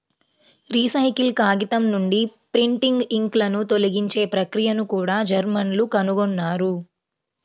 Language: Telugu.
రీసైకిల్ కాగితం నుండి ప్రింటింగ్ ఇంక్లను తొలగించే ప్రక్రియను కూడా జర్మన్లు కనుగొన్నారు